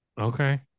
Okay